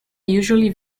usually